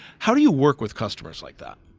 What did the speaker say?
how do you work with customers like that?